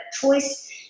choice